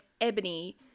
Ebony